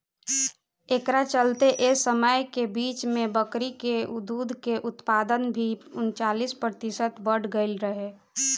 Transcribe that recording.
एकरा चलते एह समय के बीच में बकरी के दूध के उत्पादन भी उनचालीस प्रतिशत बड़ गईल रहे